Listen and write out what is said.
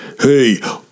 Hey